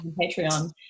Patreon